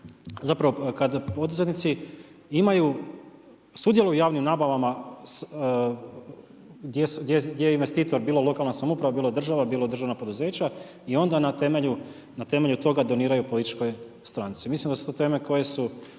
zapravo kad poduzetnici imaju, sudjeluju u javnim nabavama gdje je investitor bilo lokalna samouprava, bilo država, bilo državna poduzeća i onda na temelju toga doniraju političkoj stranci. Mislim da su to teme koje su